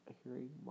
hearing